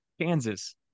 Kansas